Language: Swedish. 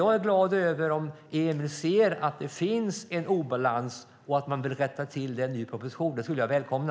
Jag är glad om Emil Källström ser att det finns en obalans och att man vill rätta till den i propositionen. Det skulle jag välkomna.